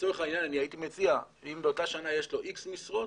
לצורך העניין אני הייתי מציע אם באותה שנה יש לו X משרות,